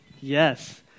yes